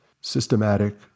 systematic